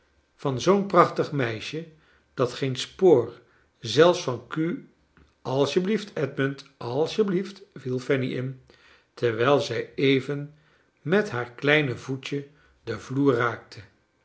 van zoo'n prachtig meisje dat geen spoor zelfs van ku alsjeblieft edmund als jeblieft i viel fanny in terwijl zij even met haar kleine voetje den vloer raakte